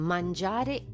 Mangiare